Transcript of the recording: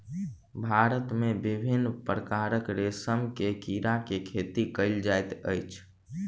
भारत मे विभिन्न प्रकारक रेशम के कीड़ा के खेती कयल जाइत अछि